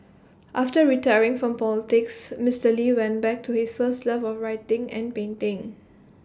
after retiring from politics Mister lee went back to his first love of writing and painting